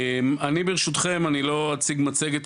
אני ברשותכם לא אציג מצגת,